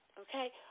okay